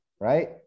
right